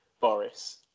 Boris